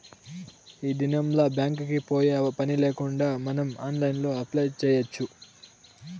ఈ దినంల్ల బ్యాంక్ కి పోయే పనిలేకుండా మనం ఆన్లైన్లో అప్లై చేయచ్చు